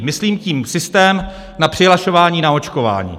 Myslím tím systém na přihlašování na očkování.